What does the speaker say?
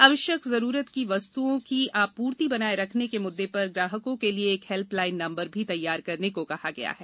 आवश्यक जरूरत की वस्तुओं की आपूर्ति बनाए रखने के मुद्दों पर ग्राहकों के लिए एक हेल्प लाइन नंबर भी तैयार करने को कहा गया है